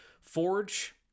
Forge